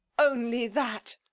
only that.